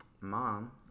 mom